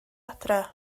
adre